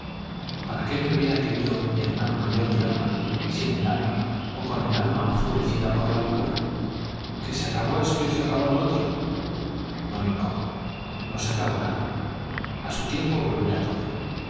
para qué me hubiera querido mi hermano mayor del alma sin el alma o con el alma obscurecida por la locura que se acabó esto y se acabó lo otro no y no no se acabó nada a su tiempo volverá todo